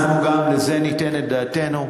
אנחנו גם לזה ניתן את דעתנו.